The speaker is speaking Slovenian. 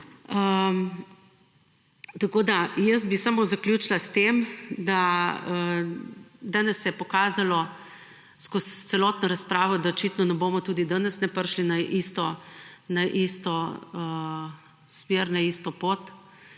Tako, da jaz bi samo zaključila s tem, da danes se je pokazalo skozi celotno razpravo, da očitno ne bomo, tudi danes ne, prišli na isto smer kljub